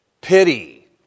pity